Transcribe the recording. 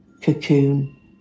cocoon